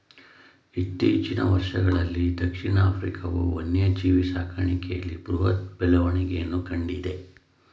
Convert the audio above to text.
ಇತ್ತೀಚಿನ ವರ್ಷಗಳಲ್ಲೀ ದಕ್ಷಿಣ ಆಫ್ರಿಕಾವು ವನ್ಯಜೀವಿ ಸಾಕಣೆಯಲ್ಲಿ ಬೃಹತ್ ಬೆಳವಣಿಗೆಯನ್ನು ಕಂಡಿದೆ